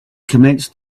commenced